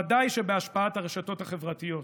ודאי שבהשפעת הרשתות החברתיות,